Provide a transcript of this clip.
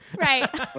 Right